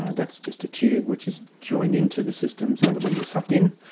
that's just a tube which is joined into the system so that when you sucked in,